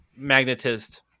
magnetist